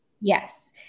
Yes